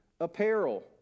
apparel